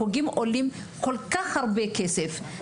החוגים עולים כל כך הרבה כסף.